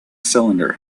cylinder